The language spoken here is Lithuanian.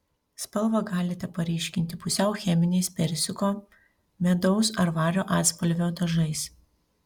spalvą galite paryškinti pusiau cheminiais persiko medaus ar vario atspalvio dažais